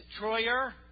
Troyer